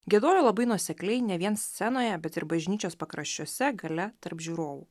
giedojo labai nuosekliai ne vien scenoje bet ir bažnyčios pakraščiuose gale tarp žiūrovų